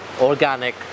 organic